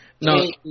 No